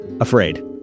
afraid